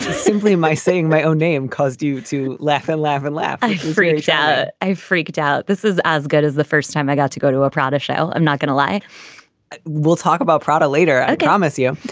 simply my saying my own name caused you to laugh and laugh and laugh i freaked yeah i freaked out. this is as good as the first time i got to go to a prada shell. i'm not going to lie we'll talk about prada later. ah promise you.